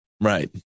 Right